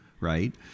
right